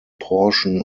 portion